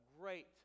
great